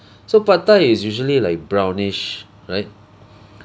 so pad thai is usually like brownish right